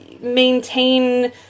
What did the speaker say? maintain